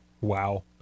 Wow